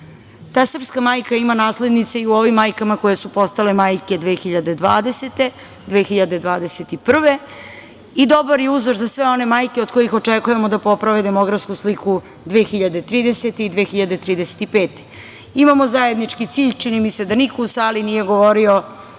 Ta srpska majka ima naslednice i u ovim majkama koje su postale majke 2020. i 2021. godine i dobar je uzor za sve one majke od kojih očekujemo da poprave demografsku sliku 2030. i 2035. godine. Imamo zajednički cilj, čini mi se da niko u sali nije govorio